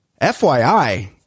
FYI